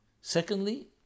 Secondly